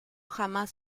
jamás